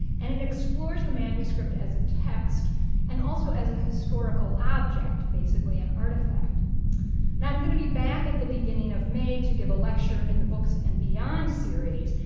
and it explores the manuscript as a text and also has a historical object, basically, an artifact. and i'm going to be back at the beginning of may to give a lecture in the books and beyond series.